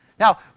Now